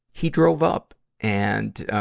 he drove up and, ah,